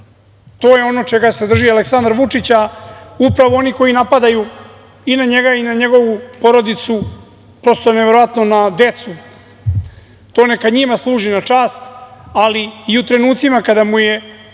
je ono čega se drži Aleksandar Vučić, upravo oni koji napadaju i na njega i na njegovu porodicu, prosto neverovatno na decu, to neka njima služi na čast, ali i u trenucima kada mu je